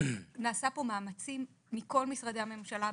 נעשו פה מאמצים מכל משרדי הממשלה,